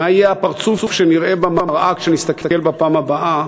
מה יהיה הפרצוף שנראה במראה כשנסתכל בפעם הבאה,